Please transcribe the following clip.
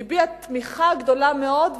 הביע תמיכה גדולה מאוד,